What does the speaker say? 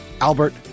Albert